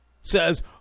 says